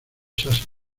sussex